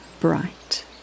bright